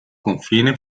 confine